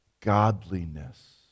godliness